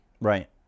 Right